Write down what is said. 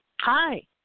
Hi